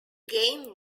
game